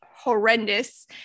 horrendous